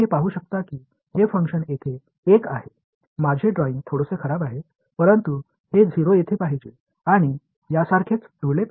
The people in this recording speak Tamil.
இதேபோல் இந்த செயல்பாட்டை இங்கே காணலாம் என் வரைபடம் கொஞ்சம் மோசமானது ஆனால் இந்த 0 வர வேண்டும் இங்கேயும் இதேபோல் இது பொருந்த வேண்டும்